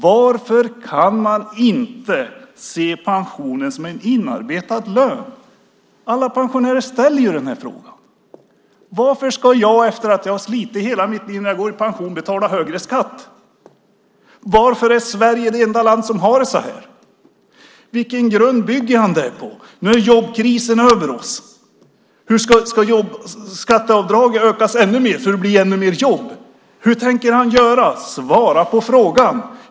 Varför kan man inte se pensionen som en inarbetad lön? Alla pensionärer ställer den frågan. Varför ska jag efter att jag har slitit hela mitt liv när jag går i pension betala högre skatt? Varför är Sverige det enda land som har det så här? Vilken grund bygger han det på? Nu är jobbkrisen över oss. Ska jobbskatteavdraget ökas ännu mer för att det ska bli ännu mer jobb? Hur tänker han göra? Svara på frågan!